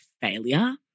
failure